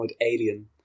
alien